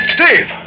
Steve